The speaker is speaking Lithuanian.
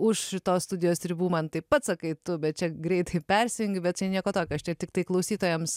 už šitos studijos ribų man taip pat sakai tu bet čia greitai persijungi bet čia nieko tokio aš čia tiktai klausytojams